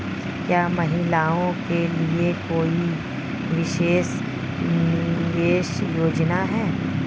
क्या महिलाओं के लिए कोई विशेष निवेश योजना है?